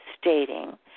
stating